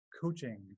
Coaching